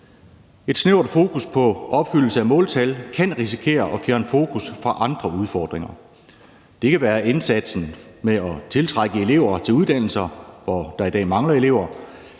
Et snævert fokus på opfyldelse af måltal kan risikere at fjerne fokus fra andre udfordringer. Det kan være indsatsen med at tiltrække elever til uddannelser, der i dag mangler elever,